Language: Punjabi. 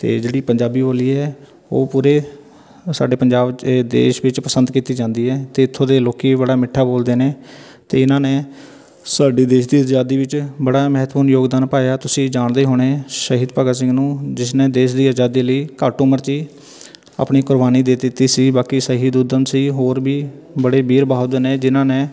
ਅਤੇ ਜਿਹੜੀ ਪੰਜਾਬੀ ਬੋਲੀ ਹੈ ਉਹ ਪੂਰੇ ਸਾਡੇ ਪੰਜਾਬ ਚ ਦੇ ਦੇਸ਼ ਵਿੱਚ ਪਸੰਦ ਕੀਤੀ ਜਾਂਦੀ ਹੈ ਅਤੇ ਇੱਥੋਂ ਦੇ ਲੋਕੀ ਬੜਾ ਮਿੱਠਾ ਬੋਲਦੇ ਨੇ ਅਤੇ ਇਹਨਾਂ ਨੇ ਸਾਡੇ ਦੇਸ ਦੀ ਆਜ਼ਾਦੀ ਵਿੱਚ ਬੜਾ ਮਹੱਤਵਪੂਰਨ ਯੋਗਦਾਨ ਪਾਇਆ ਤੁਸੀਂ ਜਾਣਦੇ ਹੋਣੇ ਸ਼ਹੀਦ ਭਗਤ ਸਿੰਘ ਨੂੰ ਜਿਸ ਨੇ ਦੇਸ ਦੀ ਆਜ਼ਾਦੀ ਲਈ ਘੱਟ ਉਮਰ 'ਚ ਹੀ ਆਪਣੀ ਕੁਰਬਾਨੀ ਦੇ ਦਿੱਤੀ ਸੀ ਬਾਕੀ ਸ਼ਹੀਦ ਊਧਮ ਸੀ ਹੋਰ ਵੀ ਬੜੇ ਵੀਰ ਬਹਾਦਰ ਨੇ ਜਿਨ੍ਹਾਂ ਨੇ